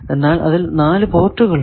എന്നാൽ അതിൽ 4 പോർട്ടുകൾ ഉണ്ട്